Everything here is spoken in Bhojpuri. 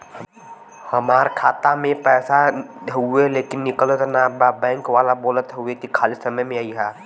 हमार खाता में पैसा हवुवे लेकिन निकलत ना बा बैंक वाला बोलत हऊवे की खाली समय में अईहा